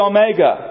Omega